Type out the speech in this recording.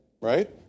right